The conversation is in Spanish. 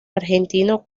argentino